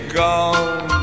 gone